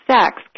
sex